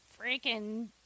freaking